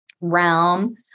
realm